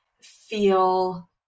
feel